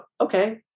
okay